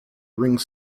ringed